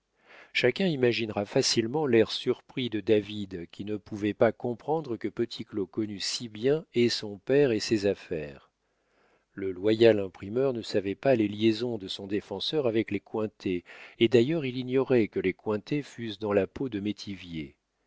chacun imaginera facilement l'air surpris de david qui ne pouvait pas comprendre que petit claud connût si bien et son père et ses affaires le loyal imprimeur ne savait pas les liaisons de son défenseur avec les cointet et d'ailleurs il ignorait que les cointet fussent dans la peau de